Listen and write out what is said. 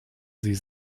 sie